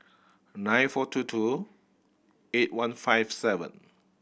nine four two two eight one five seven